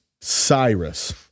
Cyrus